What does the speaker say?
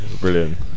brilliant